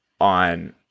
on